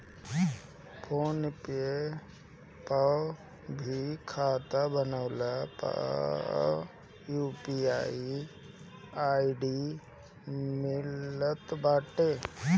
phone पे पअ भी खाता बनवला पअ यू.पी.आई आई.डी मिलत बाटे